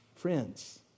Friends